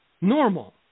Normal